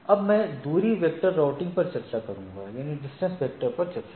अब मैं distance vector routing पर चर्चा करूंगा